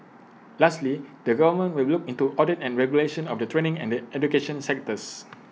lastly the government will look into audit and regulation of the training and education sectors